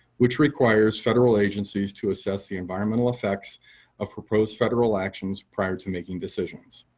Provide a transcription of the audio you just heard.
which requires federal agencies to assess the environmental effects of proposed federal actions prior to making decisions.